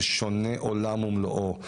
זה שונה עולם ומלואו.